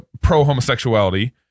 pro-homosexuality